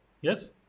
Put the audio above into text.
Yes